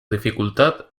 dificultad